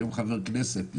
היום חבר כנסת,